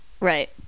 Right